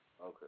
Okay